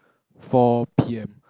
four p_m